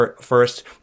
first